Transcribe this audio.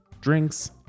drinks